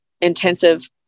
intensive